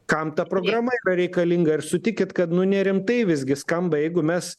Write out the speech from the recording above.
kam ta programa reikalinga ir sutikit kad nu nerimtai visgi skamba jeigu mes